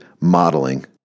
modeling